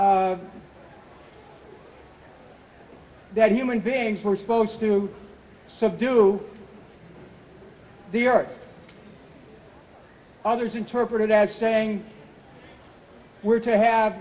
g that human beings were supposed to subdue the earth others interpret it as saying we're to have